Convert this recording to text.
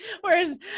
Whereas